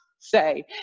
say